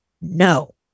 no